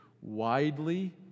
widely